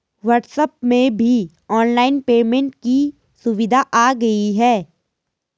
WhatsApp में भी online payment की सुविधा आ गई है